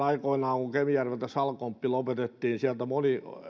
aikoinaan kemijärveltä salcomp lopetettiin sieltä moni